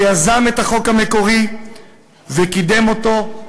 שיזם את החוק המקורי וקידם אותו,